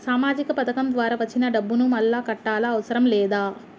సామాజిక పథకం ద్వారా వచ్చిన డబ్బును మళ్ళా కట్టాలా అవసరం లేదా?